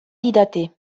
didate